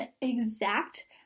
exact